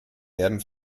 werden